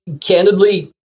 Candidly